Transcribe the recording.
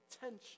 tension